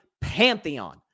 pantheon